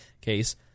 case